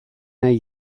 nahi